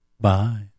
Bye